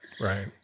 Right